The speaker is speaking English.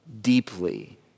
deeply